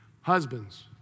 Husbands